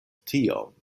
tiom